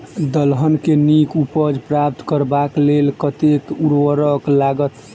दलहन केँ नीक उपज प्राप्त करबाक लेल कतेक उर्वरक लागत?